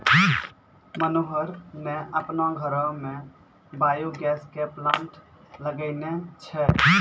मनोहर न आपनो घरो मॅ बायो गैस के प्लांट लगैनॅ छै